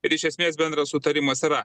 ir iš esmės bendras sutarimas yra